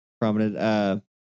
prominent